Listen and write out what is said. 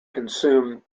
consume